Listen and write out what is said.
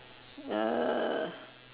uh